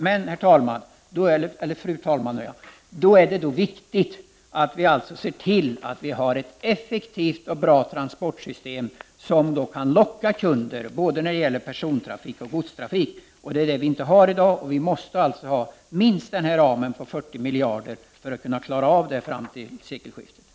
Men det är då viktigt att vi ser till att vi har ett effektivt och bra transportsystem, som kan locka kunder både när det gäller persontrafik och godstrafik. Det har vi inte i dag. Vi måste minst ha ramen på 40 miljarder för att klara av det fram till sekelskiftet.